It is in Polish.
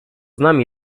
znam